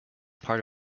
part